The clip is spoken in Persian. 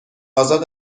آزاد